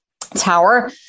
tower